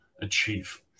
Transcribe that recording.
achieve